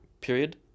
period